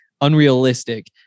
unrealistic